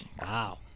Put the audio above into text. wow